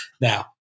Now